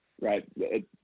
right